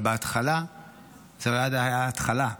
אבל בהתחלה זאת הייתה ההתחלה.